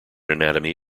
anatomy